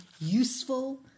useful